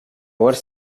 ori